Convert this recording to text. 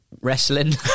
wrestling